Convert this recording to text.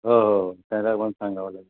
हो हो हो त्यांना पण सांगावं लागेल